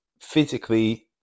physically